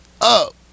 up